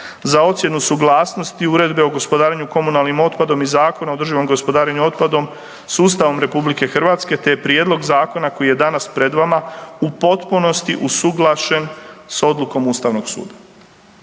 za ocjenu suglasnosti Uredbe o gospodarenju komunalnim otpadom i Zakona o održivom gospodarenju otpadom s Ustavom RH, te je prijedlog zakona koji je danas pred vama u potpunosti usuglašen s odlukom ustavnog suda.